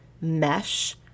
mesh